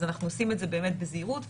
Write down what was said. אז אנחנו עושים את זה באמת בזהירות ואומרים: